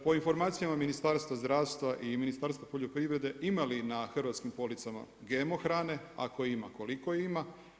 Po informacijama Ministarstva zdravstva i Ministarstva poljoprivrede ima li na hrvatskim policama GMO hrane, ako ima koliko ima?